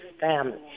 family